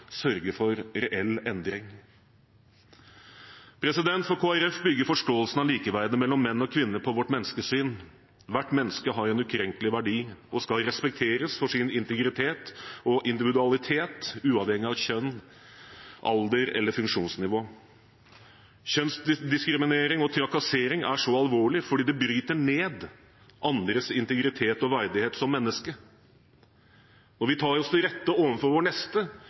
sørge for reell endring? For Kristelig Folkeparti bygger forståelsen av likeverdet mellom menn og kvinner på vårt menneskesyn: Hvert menneske har en ukrenkelig verdi og skal respekteres for sin integritet og individualitet, uavhengig av kjønn, alder eller funksjonsnivå. Kjønnsdiskriminering og trakassering er så alvorlig fordi det bryter ned andres integritet og verdighet som menneske. Når vi tar oss til rette overfor vår neste,